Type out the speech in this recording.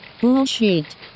Bullshit